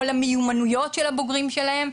או למיומנויות של הבוגרים שלהם.